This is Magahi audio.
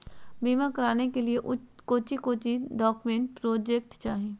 बीमा कराने के लिए कोच्चि कोच्चि डॉक्यूमेंट प्रोजेक्ट चाहिए?